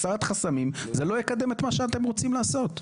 הסרת חסמים זה לא יקדם את מה שאתם רוצים לעשות.